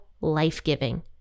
life-giving